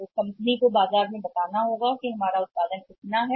इसलिए कंपनी ने इसे बाजार को दिया है कि हमारे पास इसका बहुत अधिक उत्पादन है